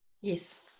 Yes